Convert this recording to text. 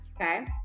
okay